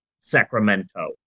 Sacramento